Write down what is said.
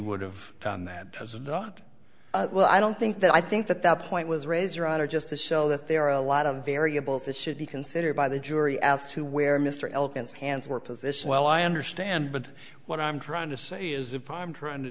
would've done that as a doctor well i don't think that i think that that point was razor out or just to show that there are a lot of variables that should be considered by the jury as to where mr elkins hands were positioned well i understand but what i'm trying to say is if i'm trying to